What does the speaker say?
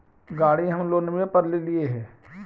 गाड़ी हम लोनवे पर लेलिऐ हे?